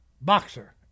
boxer